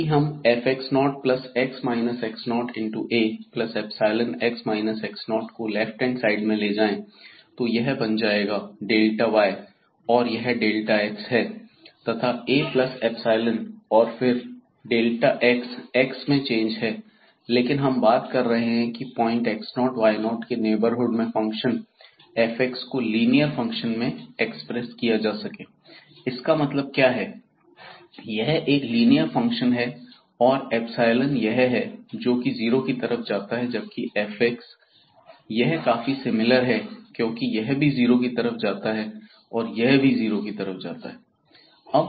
यदि हम fAϵx x0 को लेफ्ट हैंड साइड में ले आए तो यह बन जाएगा y और यह x है तथा Aϵ और फिर से x x में चेंज है लेकिन हम बात कर रहे हैं की प्वाइंट x0 y0 के नेबरहुड में फंक्शन f को लीनियर फंक्शन में एक्सप्रेस किया जा सके इसका मतलब क्या है यह एक लीनियर फंक्शन है और एप्सिलोन यह है जो की जीरो की तरफ जाता है जबकि f यह काफी सिमिलर है क्योंकि यह भी जीरो की तरफ जाता है और यह भी जीरो की तरफ जाता है